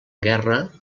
guerra